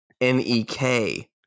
N-E-K